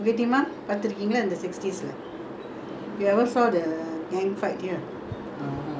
you ever saw the gang fight here you said you said you went to uh